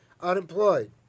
unemployed